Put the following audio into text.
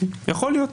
יכול להיות.